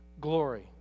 glory